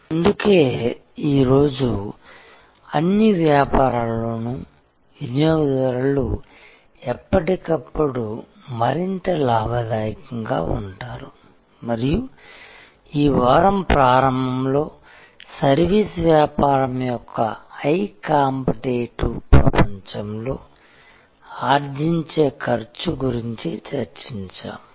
అందుకే ఈరోజు అన్ని వ్యాపారాలలోనూ వినియోగదారులు ఎప్పటికప్పుడు మరింత లాభదాయకంగా ఉంటారు మరియు ఈ వారం ప్రారంభంలో సర్వీసు వ్యాపారం యొక్క హై కాంపిటీటివ్ ప్రపంచంలో ఆర్జించే ఖర్చు గురించి చర్చించాము